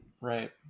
Right